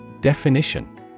Definition